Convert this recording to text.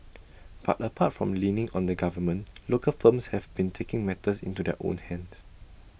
but apart from leaning on the government local firms have been taking matters into their own hands